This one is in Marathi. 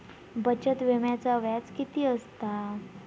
बचत विम्याचा व्याज किती असता?